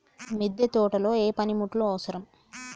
మిద్దె తోటలో ఏ పనిముట్లు అవసరం?